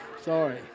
sorry